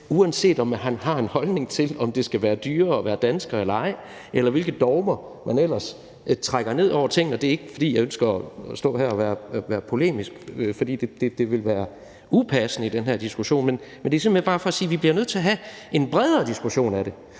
uanset om man har en holdning til, om det skal være dyrere at være dansker eller ej, eller hvilke dogmer man ellers trækker ned over tingene. Og det er ikke, fordi jeg ønsker at stå her og være polemisk, for det ville være upassende i den her diskussion, men det er simpelt hen bare for at sige, at vi bliver nødt til at have en bredere diskussion af det.